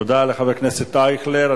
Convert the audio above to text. תודה לחבר הכנסת אייכלר.